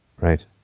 Right